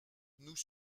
nous